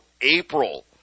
April